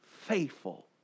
faithful